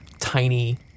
tiny